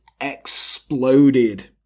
exploded